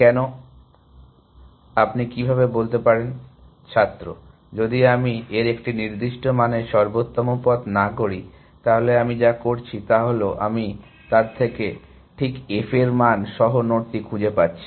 ছাত্র কেন আপনি কিভাবে বলতে পারেন ছাত্র যদি আমি এর একটি নির্দিষ্ট মানের সর্বোত্তম পথ না করি তাহলে আমি যা করছি তা হল আমি তার থেকে ঠিক f এর মান সহ নোডটি খুঁজে পাচ্ছি